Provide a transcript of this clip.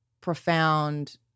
profound